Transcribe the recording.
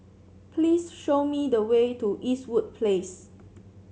please show me the way to Eastwood Place